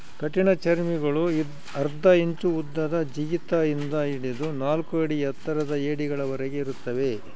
ಕಠಿಣಚರ್ಮಿಗುಳು ಅರ್ಧ ಇಂಚು ಉದ್ದದ ಜಿಗಿತ ಇಂದ ಹಿಡಿದು ನಾಲ್ಕು ಅಡಿ ಉದ್ದದ ಏಡಿಗಳವರೆಗೆ ಇರುತ್ತವೆ